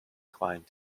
climbed